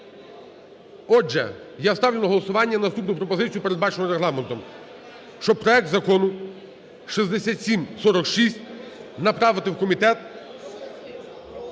Отже, я ставлю на голосування наступну пропозицію, передбачену Регламентом, щоб проект Закону 6746 направити в комітет…